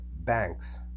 banks